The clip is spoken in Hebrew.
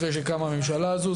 אחרי שקמה הממשלה הזו,